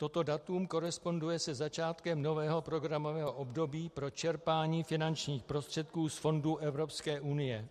Toto datum koresponduje se začátkem nového programového období pro čerpání finančních prostředků z fondů Evropské unie.